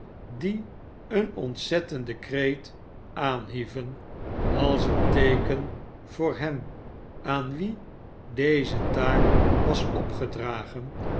die een ontzettenden kreet aanhieven als een teeken voor hen aan wie deze taak was opgedragen